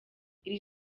iri